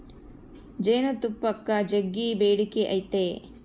ಜೇನುತುಪ್ಪಕ್ಕ ಜಗ್ಗಿ ಬೇಡಿಕೆ ಐತೆ